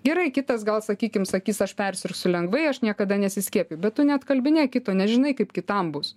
gerai kitas gal sakykim sakys aš persirgsiu lengvai aš niekada nesiskiepiju bet tu neatkalbinėk kito nežinai kaip kitam bus